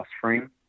frame